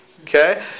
Okay